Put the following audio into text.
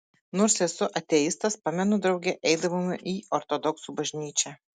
nors esu ateistas pamenu drauge eidavome į ortodoksų bažnyčią